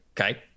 Okay